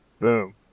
Boom